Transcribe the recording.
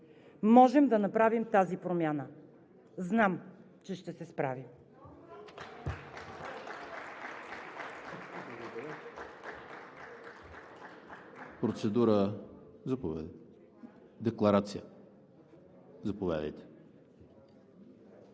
можем да направим тази промяна. Знам, че ще се справим.